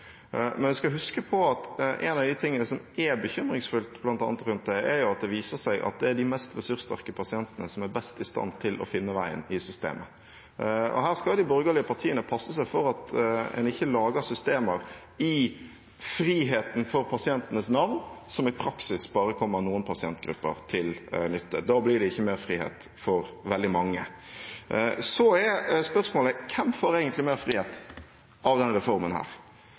Men en skal huske på at en av de tingene som er bekymringsfullt bl.a. rundt det, er at det viser seg at det er de mest ressurssterke pasientene som er best i stand til å finne veien i systemet. Her skal de borgerlige partiene passe seg for at en ikke lager systemer i frihetens navn – for pasientene – som i praksis bare kommer noen pasientgrupper til nytte. Da blir det ikke mer frihet for veldig mange. Så er spørsmålet: Hvem får egentlig mer frihet av denne reformen?